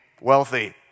wealthy